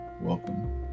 Welcome